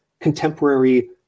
contemporary